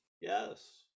Yes